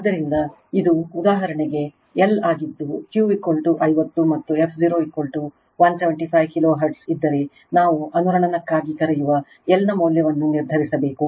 ಆದ್ದರಿಂದ ಇದು ಉದಾಹರಣೆ L ಆಗಿದ್ದು Q 50 ಮತ್ತು f0 175 ಕಿಲೋ ಹರ್ಟ್ಜ್ ಇದ್ದರೆ ನಾವು ಅನುರಣನಕ್ಕಾಗಿ ಕರೆಯುವ L ನ ಮೌಲ್ಯವನ್ನು ನಿರ್ಧರಿಸಬೇಕು